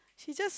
she just